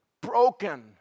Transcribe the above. broken